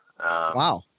Wow